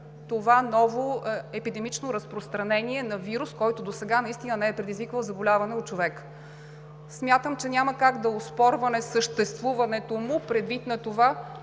това ново епидемично разпространение на вирус, който досега не е предизвиквал заболяване в човека. Смятам, че няма как да оспорваме съществуването му, предвид на това